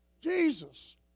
Jesus